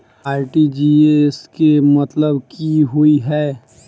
RTGS केँ मतलब की होइ हय?